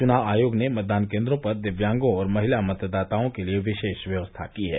चुनाव आयोग ने मतदान केन्द्रों पर दिव्यांगों और महिला मतदाताओं के लिये विशेष व्यवस्था की है